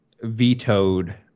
vetoed